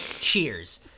cheers